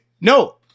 No